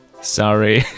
Sorry